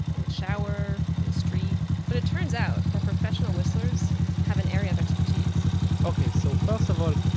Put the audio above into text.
in the shower, on the street. but, it turns out that professional whistlers have an area of expertise okay, so first of all,